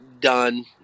done